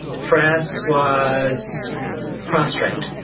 france was prostate.